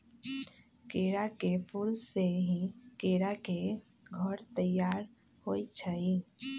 केरा के फूल से ही केरा के घौर तइयार होइ छइ